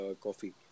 coffee